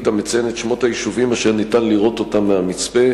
המציין את שמות היישובים אשר ניתן לראות אותם מהמצפה?